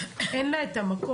כי אין לה את המקום,